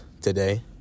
today